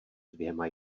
dvěma